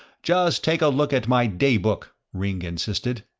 just take a look at my daybook, ringg insisted,